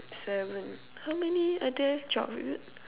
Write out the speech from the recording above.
seven how many other twelve is it